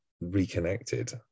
reconnected